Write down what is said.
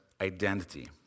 identity